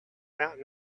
that